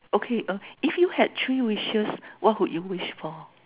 okay if you had three wishes what would you wish for